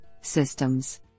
systems